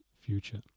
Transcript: future